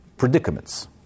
predicaments